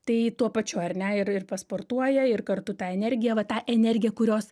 tai tuo pačiu ar ne ir ir pasportuoja ir kartu tą energiją va tą energiją kurios